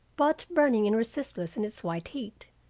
but burning and resistless in its white heat.